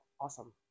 awesome